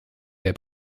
der